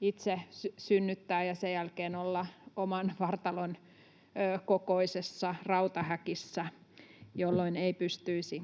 itse synnyttää ja sen jälkeen olla oman vartalon kokoisessa rautahäkissä, jolloin ei pystyisi